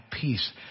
peace